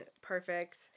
perfect